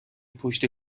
پشت